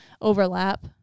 overlap